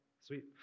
Sweet